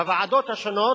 בוועדות השונות